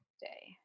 day